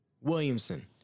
Williamson